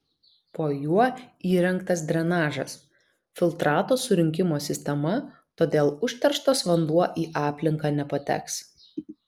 po juo įrengtas drenažas filtrato surinkimo sistema todėl užterštas vanduo į aplinką nepateks